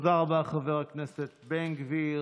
תודה רבה, חבר הכנסת בן גביר.